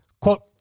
Quote